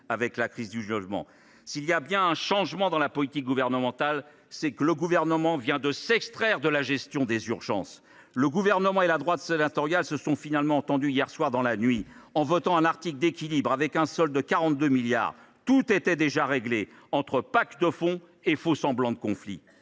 nommé la crise du logement. S’il y a bien un changement dans la politique de l’exécutif, c’est que le Gouvernement vient de s’extraire de la gestion des urgences. Le Gouvernement et la droite sénatoriale se sont finalement entendus, hier tard dans la nuit, en votant un article d’équilibre dont le solde est amélioré de 42 milliards d’euros. Tout était déjà réglé, entre pacte de fond et faux semblant de conflit.